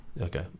Okay